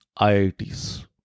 IITs